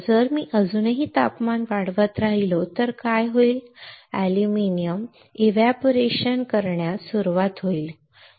जर मी अजूनही तापमान वाढवत राहिलो तर काय होईल अॅल्युमिनियम एव्हपोरेशन सुरू होईल